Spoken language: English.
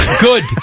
good